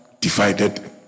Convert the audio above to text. divided